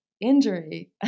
Injury